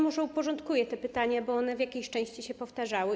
Może uporządkuję te pytania, bo one w jakiejś części się powtarzały.